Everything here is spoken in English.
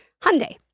Hyundai